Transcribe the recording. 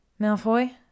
Malfoy